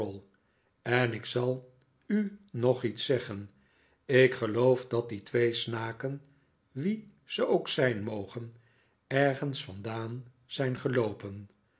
en ik zal u nog iets zeggen ik geloof dat die twee snaken wie ze ook zijn mogen ergens vandaan zijn geloopen